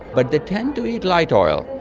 but they tend to eat light oil.